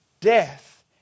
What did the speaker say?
Death